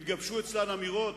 התגבשו אצלן אמירות